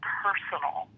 personal